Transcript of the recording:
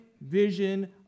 vision